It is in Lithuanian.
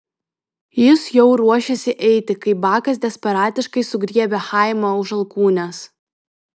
jis jau ruošėsi eiti kai bakas desperatiškai sugriebė chaimą už alkūnės